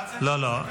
לא, לא.